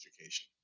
education